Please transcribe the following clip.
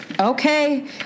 Okay